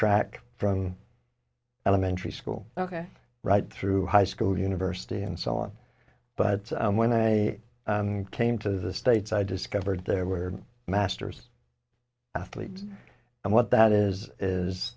track from elementary school ok right through high school university and so on but when i came to the states i discovered there were masters athletes and what that is is